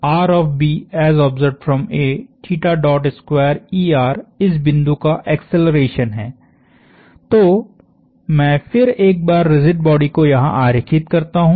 इस बिंदु का एक्सेलरेशन है तो मैं फिर एक बार रिजिड बॉडी को यहाँ आरेखित करता हूं